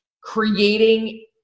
creating